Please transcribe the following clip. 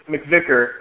McVicker